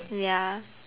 ya